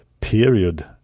period